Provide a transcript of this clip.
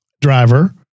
driver